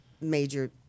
major